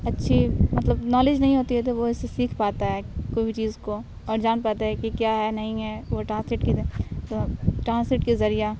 اچھی مطلب نالج نہیں ہوتی ہے تو وہ اس سے سیکھ پاتا ہے کوئی بھی چیز کو اور جان پاتا ہے کہ کیا ہے نہیں ہے وہ ٹرانسلیٹ کے ٹرانسلیٹ کے ذریعہ